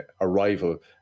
arrival